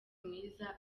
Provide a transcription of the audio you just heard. mwiza